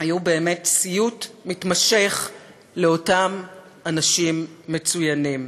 היו באמת סיוט מתמשך לאותם אנשים מצוינים.